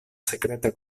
sekreta